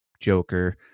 joker